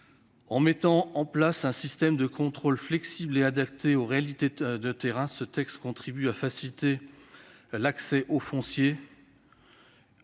En mettant en place un système de contrôle flexible et adapté aux réalités de terrain, ce texte contribue à faciliter l'accès au foncier,